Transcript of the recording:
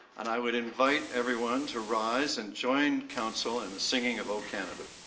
and i would invite everyone to rise and join council in singing of o canada.